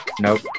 nope